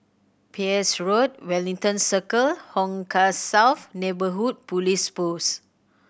Peirce Road Wellington Circle Hong Kah South Neighbourhood Police Post